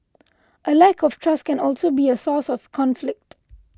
a lack of trust can also be a source of conflict